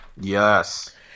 Yes